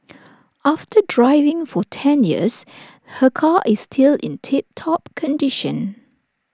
after driving for ten years her car is still in tip top condition